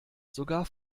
sogar